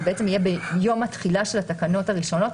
בעצם יהיה ביום התחילה של התקנות הראשונות,